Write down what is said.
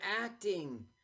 acting